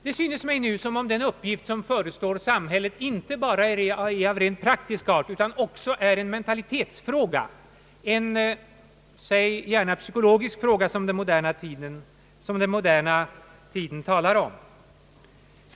Det synes mig nu såsom om den uppgift som förestår samhället inte bara är av rent praktisk art, utan även en mentalitetsfråga, säg gärna en psykologisk fråga, som den moderna tiden talar om.